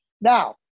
Now